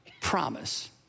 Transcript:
promise